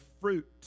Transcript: fruit